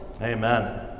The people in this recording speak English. Amen